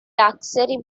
luxury